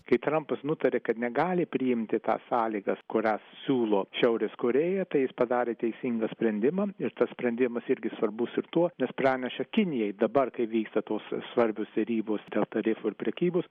kai trampas nutarė kad negali priimti tas sąlygas kurias siūlo šiaurės korėja tai jis padarė teisingą sprendimą ir tas sprendimas irgi svarbus ir tuo nes pranešė kinijai dabar kai vyksta tos svarbios derybos dėl tarifų ir prekybos